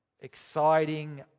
exciting